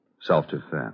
Self-defense